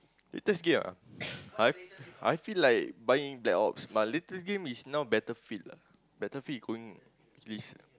latest game ah I I feel like buying black ops my latest game is now battlefield ah battlefield is going this